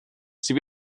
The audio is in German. sie